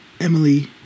Emily